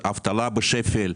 אבטלה בשפל,